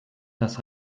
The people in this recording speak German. das